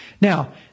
Now